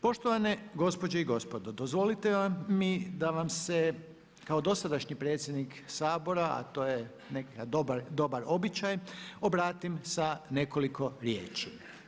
Poštovane gospođe i gospodo dozvolite mi da vam se kao dosadašnji predsjednik Sabora, a to je nekad dobar običaj obratim sa nekoliko riječi.